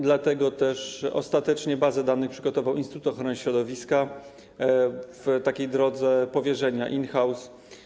Dlatego też ostatecznie bazę danych przygotował Instytut Ochrony Środowiska w drodze powierzenia in-house.